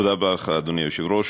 תודה רבה לך, אדוני היושב-ראש.